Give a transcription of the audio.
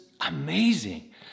amazing